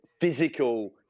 physical